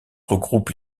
regroupe